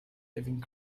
living